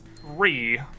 three